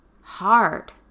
hard